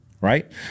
right